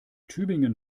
tübingen